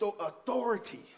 authority